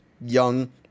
young